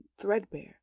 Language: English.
threadbare